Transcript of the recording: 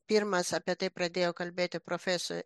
pirmas apie tai pradėjo kalbėti profeso